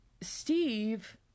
Steve